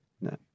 no